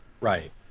right